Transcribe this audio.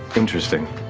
interesting,